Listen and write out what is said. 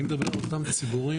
הכשרה לשירות צבאי,